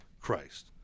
Christ